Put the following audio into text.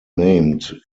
named